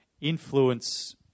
influence